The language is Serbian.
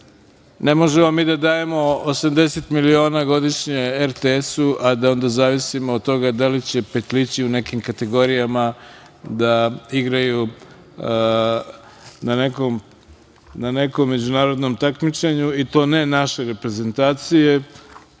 ne možemo mi da dajemo 80 miliona godišnje RTS-u, a da onda zavisimo od toga da li će petlići u nekim kategorijama da igraju na nekom međunarodnom takmičenju, i to ne naše reprezentacije,